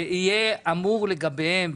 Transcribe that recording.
שיהיה אמור לגביהם,